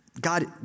God